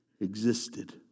existed